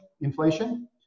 inflation